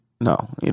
No